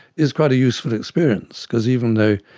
is quite a useful experience, because even though